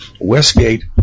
Westgate